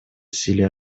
усилия